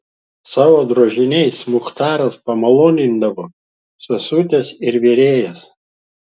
savo drožiniais muchtaras pamalonindavo sesutes ir virėjas